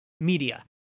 media